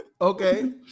Okay